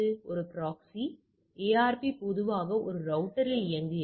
ஒரு proxy ARP பொதுவாக ஒரு ரௌட்டர் இல் இயங்குகிறது